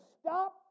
stop